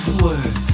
word